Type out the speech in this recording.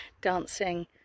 dancing